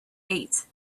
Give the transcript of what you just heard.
eight